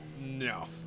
No